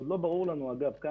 עוד דלא ברור לנו כמה,